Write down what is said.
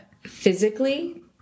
Physically